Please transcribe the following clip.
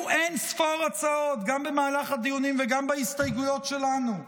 גם במהלך הדיונים וגם בהסתייגויות שלנו,